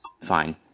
Fine